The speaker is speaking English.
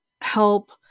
help